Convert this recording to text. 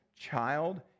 child